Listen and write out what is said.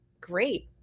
great